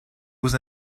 was